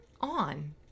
on